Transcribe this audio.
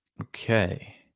Okay